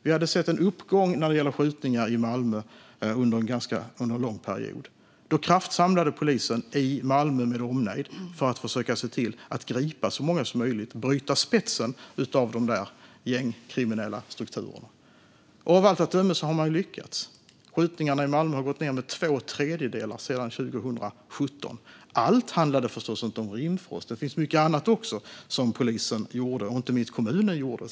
Vi hade sett en uppgång när det gällde skjutningar i Malmö under en lång period. Då kraftsamlade polisen i Malmö med omnejd för att försöka gripa så många som möjligt och bryta spetsen av de gängkriminella strukturerna. Av allt att döma har man lyckats. Skjutningarna i Malmö har gått ned med två tredjedelar sedan 2017. Allt handlade förstås inte om Rimfrost. Det finns mycket annat också som polisen och inte minst kommunen gjorde.